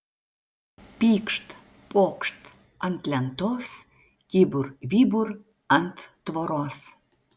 pykšt pokšt ant lentos kybur vybur ant tvoros